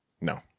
No